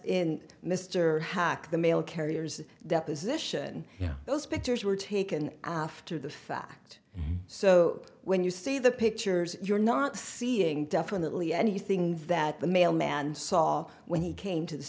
in mr hack the mail carriers deposition those pictures were taken after the fact so when you see the pictures you're not seeing definitely anything that the mailman saw when he came to